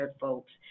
folks